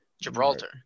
Gibraltar